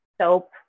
soap